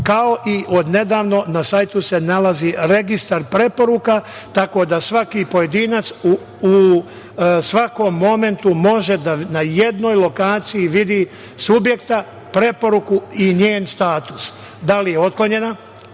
kao i odnedavno na sajtu se nalazi registar preporuka tako da svaki pojedinac u svakom momentu može da na jednoj lokaciji vidi subjekta, preporuku i njen status, da li je otklonjena,